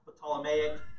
Ptolemaic